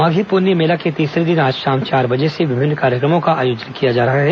माधी पुन्नी मेला के तीसरे दिन आज शाम चार बजे से विभिन्न कार्यक्रमों का आयोजन किया जा रहा है